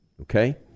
Okay